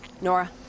Nora